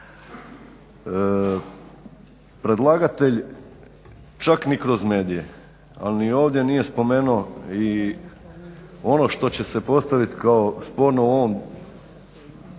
Predlagatelj čak ni kroz medije a ni ovdje nije spomenuo ono što će se postaviti sporno u ovom